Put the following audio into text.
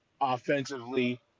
offensively